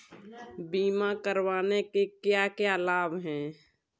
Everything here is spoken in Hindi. बीमा करवाने के क्या क्या लाभ हैं?